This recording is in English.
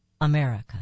America